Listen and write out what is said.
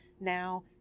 Now